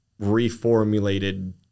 reformulated